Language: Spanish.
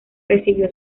recibió